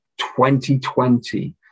2020